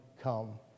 come